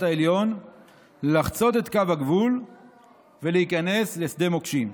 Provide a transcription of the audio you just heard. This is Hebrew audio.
העליון לחצות את קו הגבול ולהיכנס לשדה מוקשים.